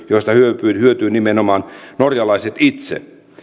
joista hyötyvät hyötyvät nimenomaan norjalaiset itse